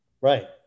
Right